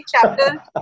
chapter